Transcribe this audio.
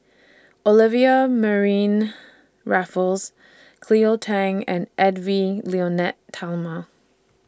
Olivia Mariamne Raffles Cleo Thang and Edwy Lyonet Talma